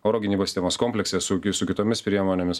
oro gynybos sistemos komplekse su su kitomis priemonėmis